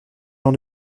jean